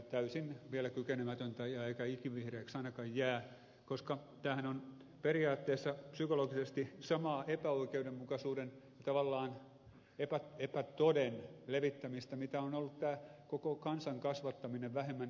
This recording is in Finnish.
täysin vielä kykenemätöntä eikä ikivihreäksi ainakaan jää koska tämähän on periaatteessa psykologisesti samaa epäoikeudenmukaisuuden tavallaan epätoden levittämistä mitä on ollut tämä koko kansan kasvattaminen vähempään energian kulutukseen